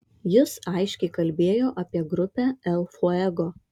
jis aiškiai kalbėjo apie grupę el fuego